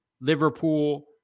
Liverpool